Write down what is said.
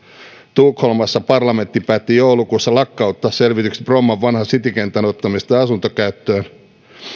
tukholmassa parlamentti päätti joulukuussa lakkauttaa selvityksen bromman vanhan citykentän ottamisesta asuntokäyttöön